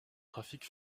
trafic